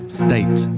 state